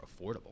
affordable